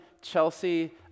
Chelsea